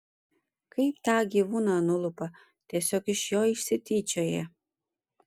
kaip tą gyvūną nulupa tiesiog iš jo išsityčioja